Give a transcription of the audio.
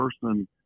person